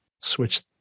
switch